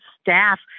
staff